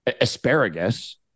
asparagus